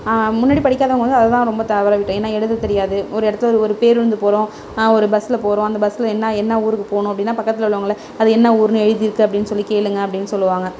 முன்னாடி படிக்காதவங்க அதை தான் ரொம்ப தவறவிட்டேன் ஏன்னால் எழுத தெரியாது ஒரு இடத்துல ஒரு பேருந்து போகிறோம் ஒரு பஸ்ஸில் போகிறோம் அந்த பஸ்ஸில் என்ன என்ன ஊருக்கு போகணும் அப்படின்னா பக்கத்தில் உள்ளவங்கள அது என்ன ஊருனு எழுத்தியிருக்கு அப்படின் சொல்லி கேளுங்க அப்படின் சொல்லுவாங்க